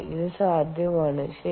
ഇത് സാധ്യമാണ് ശരി